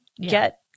get